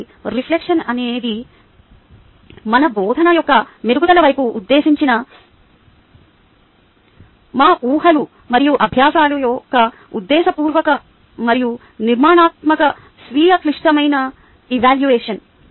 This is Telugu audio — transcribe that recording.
కాబట్టి రిఫ్లెక్షన్ అనేది మన బోధన యొక్క మెరుగుదల వైపు ఉద్దేశించిన మా ఊహలు మరియు అభ్యాసాల యొక్క ఉద్దేశపూర్వక మరియు నిర్మాణాత్మక స్వీయ క్లిష్టమైన ఎవాల్యువషన్